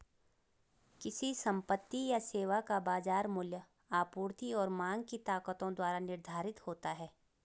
किसी संपत्ति या सेवा का बाजार मूल्य आपूर्ति और मांग की ताकतों द्वारा निर्धारित होता है